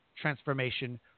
Transformation